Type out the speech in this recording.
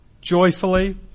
joyfully